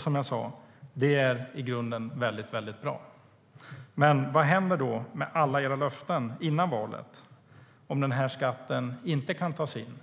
Som jag sa är detta i grunden väldigt bra. Vad händer då med alla era löften före valet, om den här skatten inte kan tas in?